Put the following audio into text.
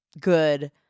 good